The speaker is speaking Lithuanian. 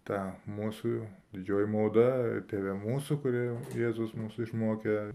ta mūsų didžioji malda tėve mūsų kurie jėzus mūsų išmokė